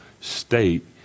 state